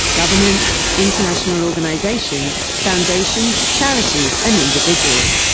governments, international organisations, foundations, charities and individuals.